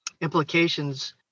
implications